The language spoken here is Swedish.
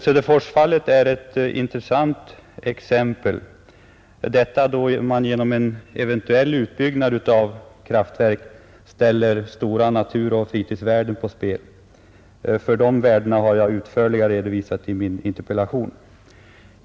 Söderforsfallet är ett intressant exempel, då man genom en eventuell utbyggnad av kraftverk ställer stora naturoch fritidsvärden på spel. För de värdena har jag utförligare redogjort i min interpellation.